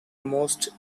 most